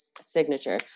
signature